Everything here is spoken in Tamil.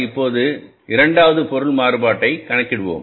இப்போதுமாறுபாடு என்ற இரண்டாவது பொருள் மாறுபாட்டைக் கணக்கிடுவோம்